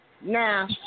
Now